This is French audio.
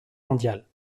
mondiale